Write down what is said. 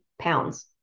pounds